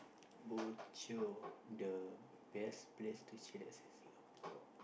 bo jio the best place to chillax at Singapore